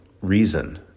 reason